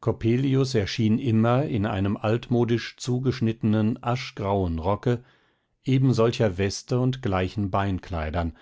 coppelius erschien immer in einem altmodisch zugeschnittenen aschgrauen rocke eben solcher weste und gleichen beinkleidern